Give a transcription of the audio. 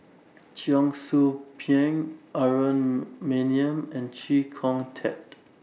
Cheong Soo Pieng Aaron Maniam and Chee Kong Tet